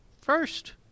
first